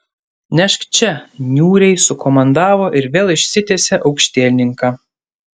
nešk čia niūriai sukomandavo ir vėl išsitiesė aukštielninka